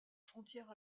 frontière